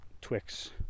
Twix